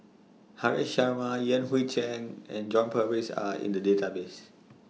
Haresh Sharma Yan Hui Chang and John Purvis Are in The Database